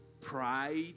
pride